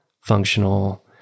functional